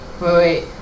wait